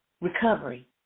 Recovery